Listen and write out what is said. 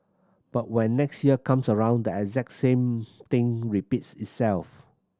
but when next year comes around the exact same thing repeats itself